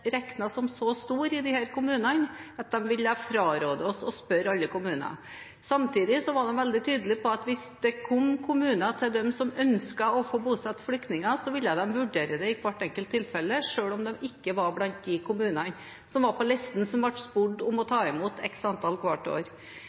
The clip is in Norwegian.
regnet som så stor i disse kommunene at de ville fraråde oss å spørre alle kommuner. Samtidig var de veldig tydelige på at hvis kommuner ønsket å bosette flyktninger, ville de vurdere det i hvert enkelt tilfelle, selv om kommunen ikke var blant de kommunene som sto på listen over kommuner som ble spurt om å ta imot x antall hvert år.